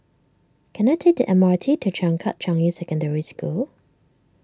can I take the M R T to Changkat Changi Secondary School